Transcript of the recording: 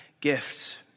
gifts